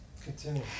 continue